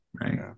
right